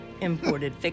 imported